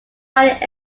mining